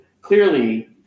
clearly